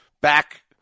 Back